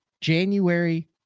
january